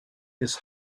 his